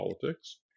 politics